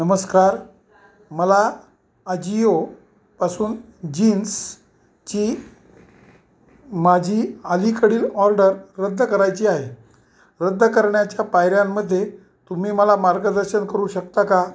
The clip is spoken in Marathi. नमस्कार मला अजिओपासून जीन्सची माझी अलीकडील ऑर्डर रद्द करायची आहे रद्द करण्याच्या पायऱ्यांमध्ये तुम्ही मला मार्गदर्शन करू शकता का